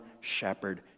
shepherd